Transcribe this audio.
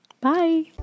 Bye